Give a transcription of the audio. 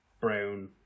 brown